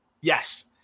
Yes